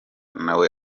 nawe